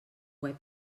web